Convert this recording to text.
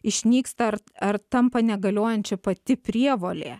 išnyksta ar ar tampa negaliojančia pati prievolė